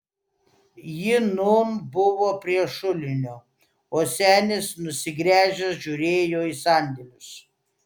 ji nūn buvo prie šulinio o senis nusigręžęs žiūrėjo į sandėlius